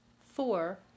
Four